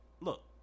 Look